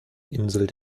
insel